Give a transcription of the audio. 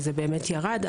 באמת ירד,